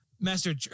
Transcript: Master